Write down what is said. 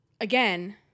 again